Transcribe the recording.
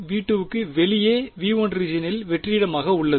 V2 க்கு வெளியே V1 ரீஜியனில் வெற்றிடமாக உள்ளது